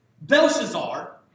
Belshazzar